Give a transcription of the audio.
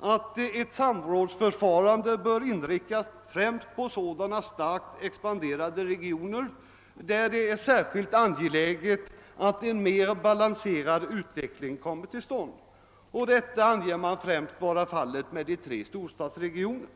att ett samrådsförfarande bör inriktas främst på sådana starkt expanderande regioner, där det är särskilt angeläget att en väl balanserad utveckling kommer till stånd. Detta anger man främst vara fallet inom de tre storstadsregionerna.